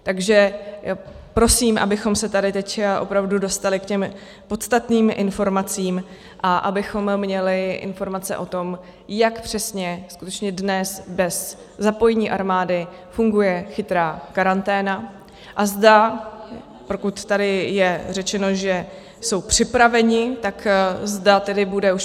Takže prosím, abychom se tady teď opravdu dostali k těm podstatným informacím a abychom měli informace o tom, jak přesně skutečně dnes bez zapojení armády funguje chytrá karanténa a zda pokud tady je řečeno, že jsou připraveni, tak zda tedy bude už povolána.